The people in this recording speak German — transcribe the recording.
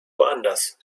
woanders